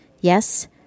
Yes